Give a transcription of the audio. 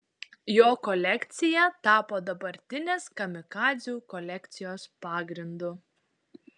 jo kolekcija tapo dabartinės kamikadzių kolekcijos pagrindu